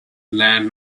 land